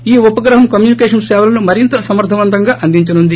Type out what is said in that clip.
ఈ ఉపగ్రహం కమ్యూనికేషన్ సేవలను మరింత సమర్గవంతంగా అందించనుంది